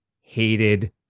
hated